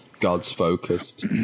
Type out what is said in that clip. gods-focused